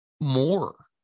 more